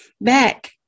back